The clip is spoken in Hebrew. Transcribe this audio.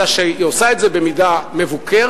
אלא היא עושה את זה במידה מבוקרת,